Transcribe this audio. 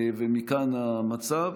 ומכאן המצב.